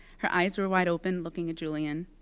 her eyes were wide open looking a julian.